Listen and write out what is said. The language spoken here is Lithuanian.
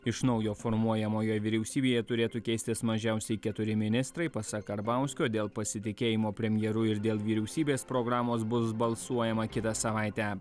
iš naujo formuojamoje vyriausybėje turėtų keistis mažiausiai keturi ministrai pasak karbauskio dėl pasitikėjimo premjeru ir dėl vyriausybės programos bus balsuojama kitą savaitę